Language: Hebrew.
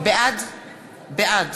בעד